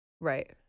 Right